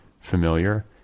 familiar